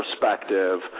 perspective